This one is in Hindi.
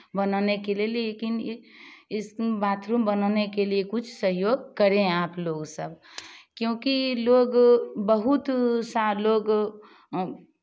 बनाने के ले लेकिन ये इस बाथरूम बनाने के लिए कुछ सहयोग करें आप लोग सब क्योंकि लोग बहुत सा लोग